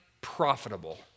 profitable